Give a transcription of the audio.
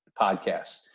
podcast